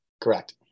Correct